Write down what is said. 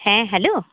হ্যাঁ হ্যালো